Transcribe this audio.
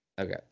Okay